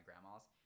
grandma's